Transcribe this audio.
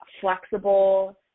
flexible